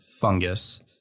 fungus